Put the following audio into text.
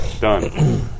Done